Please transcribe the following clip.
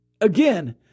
again